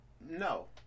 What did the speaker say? No